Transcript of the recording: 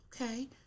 okay